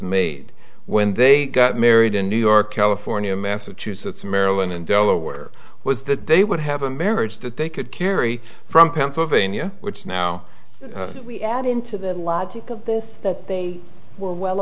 made when they got married in new york california massachusetts maryland and delaware was that they would have a marriage that they could carry from pennsylvania which now we add into the logic of both that they were well